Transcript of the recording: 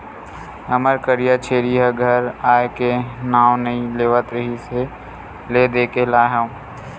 हमर करिया छेरी ह घर आए के नांव नइ लेवत रिहिस हे ले देके लाय हँव